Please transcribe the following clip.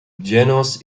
genus